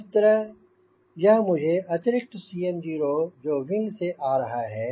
इस तरह यह मुझे अतिरिक्त 𝐶mo जो विंग से आ रहा है